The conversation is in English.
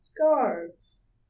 Guards